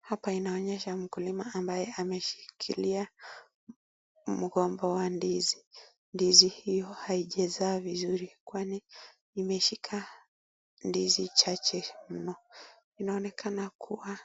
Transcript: Hapa inaonyesha mkulima ambaye ameshikilia mgomba wa ndizi. Ndizi hiyo haijazaa vizuri kwani ameshika ndizi chache mno. Inaonekana kuwa